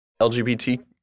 LGBT